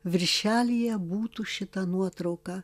viršelyje būtų šita nuotrauka